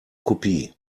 kopie